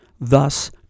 thus